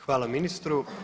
Hvala ministru.